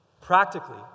Practically